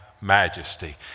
majesty